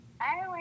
Hi